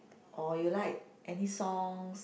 or you like any songs